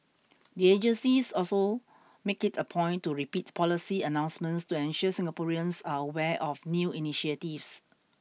the agencies also make it a point to repeat policy announcements to ensure Singaporeans are aware of new initiatives